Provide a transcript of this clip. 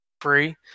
free